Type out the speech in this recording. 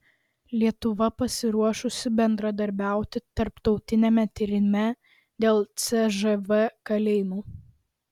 lietuva pasiruošusi bendradarbiauti tarptautiniame tyrime dėl cžv kalėjimų